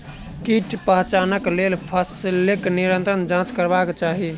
कीट पहचानक लेल फसीलक निरंतर जांच करबाक चाही